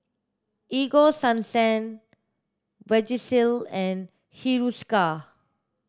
Ego Sunsense Vagisil and Hiruscar